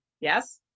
Yes